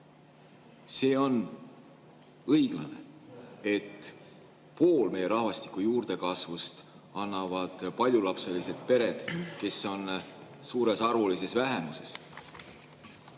see on õiglane, et poole meie rahvastiku juurdekasvust annavad paljulapselised pered, kes on suures arvulises vähemuses,